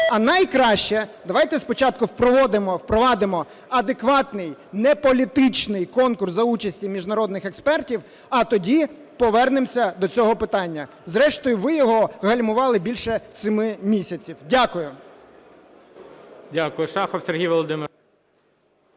А найкраще – давайте спочатку впровадимо адекватний, не політичний конкурс за участі міжнародних експертів, а тоді повернемося до цього питання. Зрештою, ви його гальмували більше 7 місяців. Дякую. ГОЛОВУЮЧИЙ. Дякую. Шахов Сергій Володимирович.